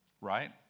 Right